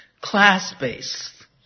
Class-based